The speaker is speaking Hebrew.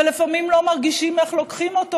ולפעמים לא מרגישים איך לוקחים אותו,